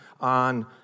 on